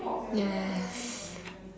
yes